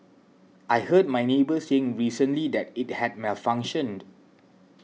I heard my neighbour saying recently that it had malfunctioned